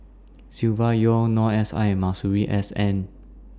Silvia Yong Noor S I Masuri S N